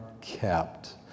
kept